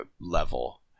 level